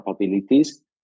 capabilities